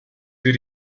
für